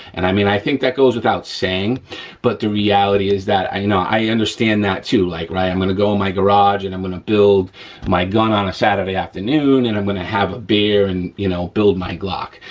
and i mean i think that goes without saying but the reality is that, i know, i understand that too, like right, i'm gonna go in my garage and i'm gonna build my gun on a saturday afternoon and i'm gonna have a beer and, you know, build my glock,